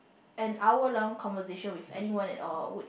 an hour long conversation with anyone at all would